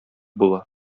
була